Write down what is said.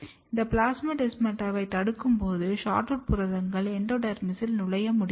இந்த பிளாஸ்மோடெஸ்மாட்டாவை தடுக்கும்போது SHORTROOT புரதங்கள் எண்டோடெர்மிஸில் நுழைய முடியாது